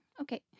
okay